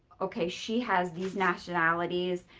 okay, she has these nationalities,